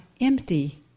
empty